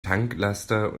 tanklaster